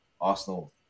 Arsenal